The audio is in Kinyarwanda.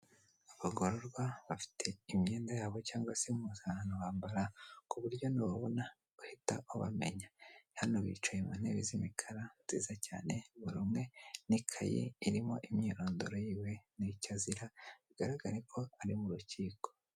Abagororwa bafite imyenda yabo cyangwa se impuzankano bambara ku buryo nubabona urahita ubamenya, hano bicaye mu ntebe z'imikara nziza cyane buri imwe n'ikayi irimo imyirondoro yiwe n'icyo azira bigaragare ko ari mu rukiko.